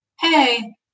hey